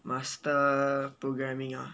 master programming ah